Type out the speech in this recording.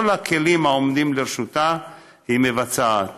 בכל הכלים העומדים לרשותה, היא מבצעת,